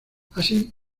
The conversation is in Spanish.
así